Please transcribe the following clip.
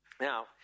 Now